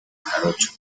jarocho